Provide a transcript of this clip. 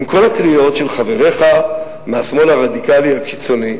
כל הקריאות של חבריך מהשמאל הרדיקלי הקיצוני,